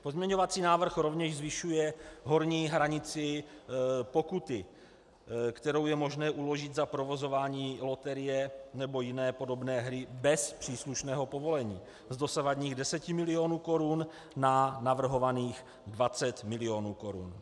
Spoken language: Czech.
Pozměňovací návrh rovněž zvyšuje horní hranici pokuty, kterou je možné uložit za provozování loterie nebo jiné podobné hry bez příslušného povolení, z dosavadních 10 milionů korun na navrhovaných 20 milionů korun.